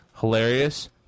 Hilarious